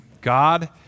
God